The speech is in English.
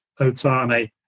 Otani